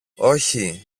όχι